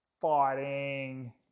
fighting